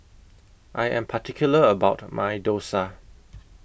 I Am particular about My Dosa